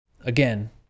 again